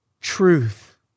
truth